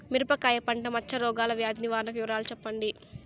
మిరపకాయ పంట మచ్చ రోగాల వ్యాధి నివారణ వివరాలు చెప్పండి?